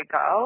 go